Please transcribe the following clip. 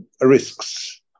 risks